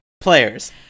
players